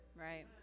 Right